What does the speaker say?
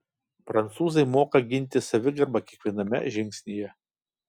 prancūzai moka ginti savigarbą kiekviename žingsnyje